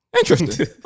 interesting